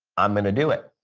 i'm going to do it.